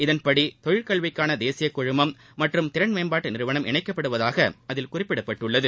இதனபடி தொழிற்கல்விக்காள தேசிய குழுமம் மற்றும் திறன்மேம்பாட்டு நிறுவனம் இணைக்கப்படுவதாக அதில் குறிப்பிடப்பட்டுள்ளது